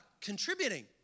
contributing